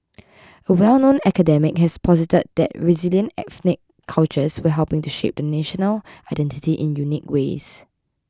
a well known academic has posited that resilient ethnic cultures were helping to shape the national identity in unique ways